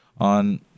on